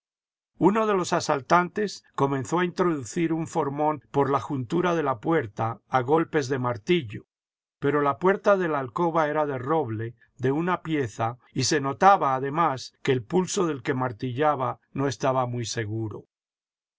uno de los asaltantes comenzó a introducir un formón por la juntura de la puerta a golpes de martillo pero la puerta de la alcoba era de roble de una pieza y se notaba además que el pulso del que martilleaba no estaba muy seguro